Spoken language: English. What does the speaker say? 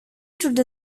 through